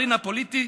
רינה פוליטי,